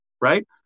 right